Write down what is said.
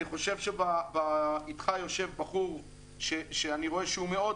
אני חושב שאיתך יושב בחור שאני רואה שהוא מאוד